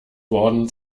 worden